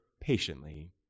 patiently